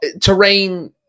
terrain